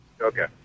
okay